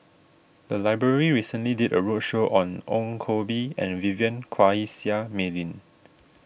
the library recently did a roadshow on Ong Koh Bee and Vivien Quahe Seah Mei Lin